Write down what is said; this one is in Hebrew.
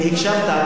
אם הקשבת,